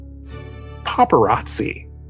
paparazzi